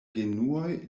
genuoj